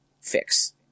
fix